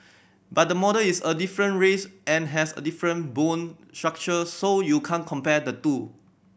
but the model is a different race and has a different bone structure so you can't compare the two